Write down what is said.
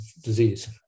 disease